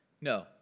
No